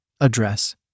address